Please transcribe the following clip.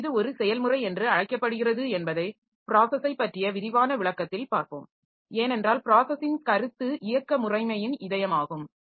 எனவே இது ஒரு செயல்முறை என்று அழைக்கப்படுகிறது என்பதை பிராஸஸைப் பற்றிய விரிவான விளக்கத்தில் பார்ப்போம் ஏனென்றால் பிராஸஸின் கருத்து இயக்க முறைமையின் இதயம் ஆகும்